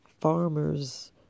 farmers